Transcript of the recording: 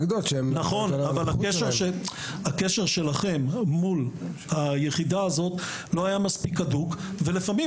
אבל הקשר שלכם אל מול היחידה הזאת לא היה מספיק הדוק ולפעמים